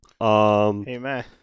Amen